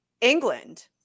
England